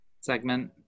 segment